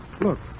Look